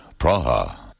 Praha